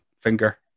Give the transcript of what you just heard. finger